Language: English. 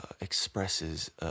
expresses